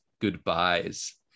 goodbyes